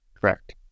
Correct